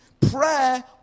prayer